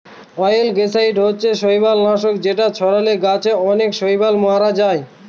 অয়েলগেসাইড হচ্ছে শৈবাল নাশক যেটা ছড়ালে গাছে অনেক শৈবাল মোরে যায়